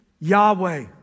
Yahweh